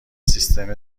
سیستم